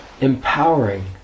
empowering